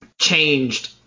changed